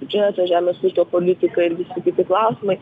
biudžeto žemės ūkio politika ir visi kiti klausimai